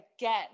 again